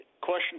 question